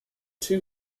two